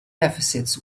deficits